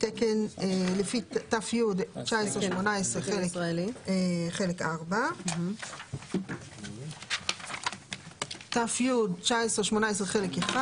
לפי ת"י 1918 חלק 4. "ת"י 1918 חלק 1"